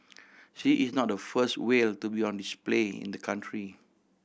she is not the first whale to be on display in the country